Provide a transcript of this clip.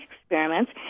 experiments